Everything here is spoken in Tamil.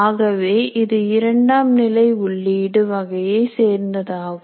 ஆகவே இது இரண்டாம் நிலை உள்ளீடு வகையை சேர்ந்ததாகும்